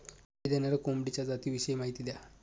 अंडी देणाऱ्या कोंबडीच्या जातिविषयी माहिती द्या